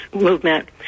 movement